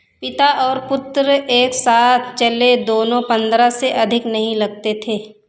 पिता और पुत्र एक साथ चले दोनों पंद्रह से अधिक नहीं लगते थे